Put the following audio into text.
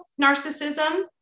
narcissism